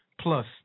plus